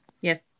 yes